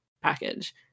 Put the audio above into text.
package